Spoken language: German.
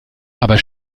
aber